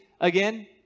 again